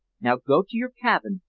now, go to your cabin,